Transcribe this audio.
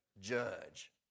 judge